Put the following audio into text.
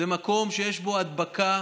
זה מקום שיש בו הדבקה.